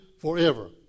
forever